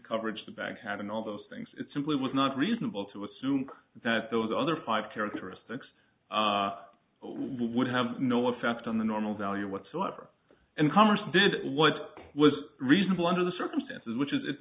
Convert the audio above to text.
coverage the banks had in all those things it simply was not reasonable to assume that if those other five characteristics we would have no effect on the normal value whatsoever in congress did what was reasonable under the circumstances which is it